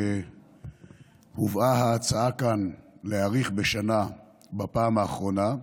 שכשהובאה ההצעה כאן להאריך בשנה בפעם האחרונה,